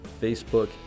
Facebook